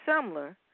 similar